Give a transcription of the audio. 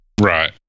Right